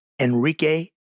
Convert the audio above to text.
Enrique